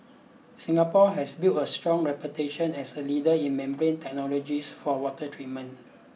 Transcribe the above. Singapore has built a strong reputation as a leader in membrane technologies for water treatment